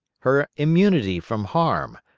her immunity from harm,